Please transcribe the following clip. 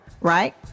right